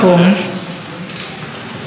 אתה יכול לקרוא לנו איך שאתה רוצה.